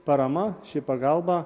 parama ši pagalba